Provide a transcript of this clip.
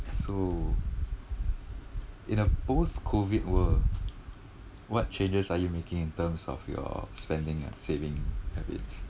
so in a post COVID world what changes are you making in terms of your spending and saving habit